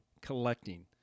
collecting